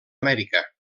amèrica